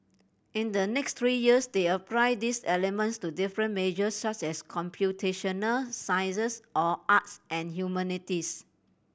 in the next three years they apply these elements to different majors such as computational sciences or arts and humanities